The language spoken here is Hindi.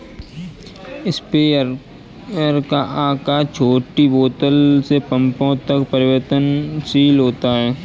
स्प्रेयर का आकार छोटी बोतल से पंपों तक परिवर्तनशील होता है